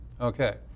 Okay